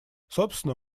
собственно